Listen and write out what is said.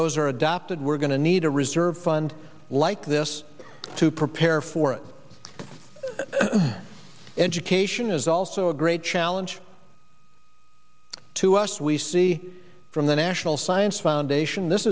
those are adopted we're going to need a reserve fund like this to prepare for it education is also a great challenge to us we see from the national science foundation this